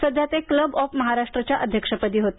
सध्याते club of महाराष्ट्रच्या अध्यक्षपदी होते